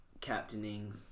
captaining